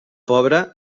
pobre